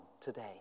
today